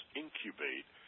incubate